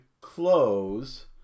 close